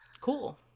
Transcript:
cool